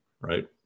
right